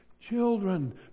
Children